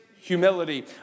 humility